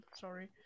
Sorry